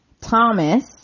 Thomas